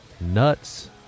nuts